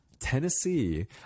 Tennessee